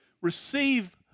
receive